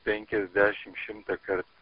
penkiasdešimt šimtąkart